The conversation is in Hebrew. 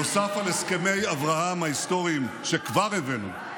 נוסף על הסכמי אברהם ההיסטוריים שכבר הבאנו,